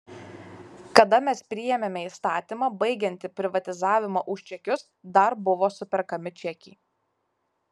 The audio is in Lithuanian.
kada mes priėmėme įstatymą baigiantį privatizavimą už čekius dar buvo superkami čekiai